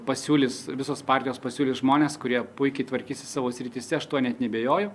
pasiūlys visos partijos pasiūlys žmones kurie puikiai tvarkysis savo srityse aš tuo net neabejoju